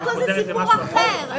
בעכו זה סיפור אחר.